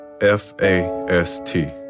F-A-S-T